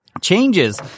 Changes